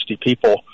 people